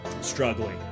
struggling